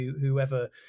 whoever